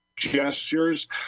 gestures